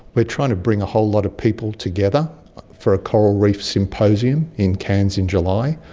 we are trying to bring a whole lot of people together for a coral reef symposium in cairns in july,